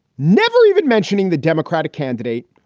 never even mentioning the democratic candidate,